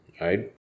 right